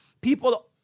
people